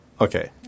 Okay